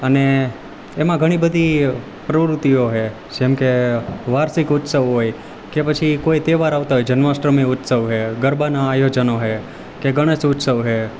અને એમાં ઘણીબધી પ્રવૃતિઓ છે જેમકે વાર્ષિક ઉત્સવ હોય કે પછી કોઈ તહેવાર આવતા હોય જન્માષ્ટમી ઉત્સવ છે ગરબાના આયોજનો છે કે ગણેશ ઉત્સવ છે